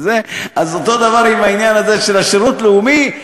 אז אותו דבר עם העניין הזה של השירות לאומי,